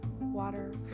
Water